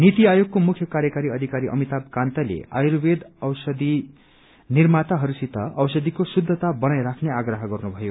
नीति आयोगको मुख्य कार्यवाही अधिकारी अमिताम कान्तले आयुर्वेद औषधी निर्माताहरूसित औषधीको शुद्धता बनाइ राख्न आग्रह गर्नुभयो